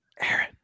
Aaron